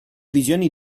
visioni